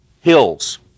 hills